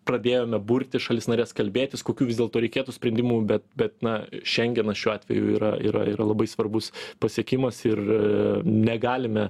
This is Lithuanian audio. pradėjome burti šalis nares kalbėtis kokių vis dėlto reikėtų sprendimų bet bet na šengenas šiuo atveju yra yra yra labai svarbus pasiekimas ir negalime